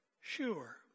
sure